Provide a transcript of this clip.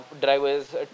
drivers